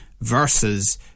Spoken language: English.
versus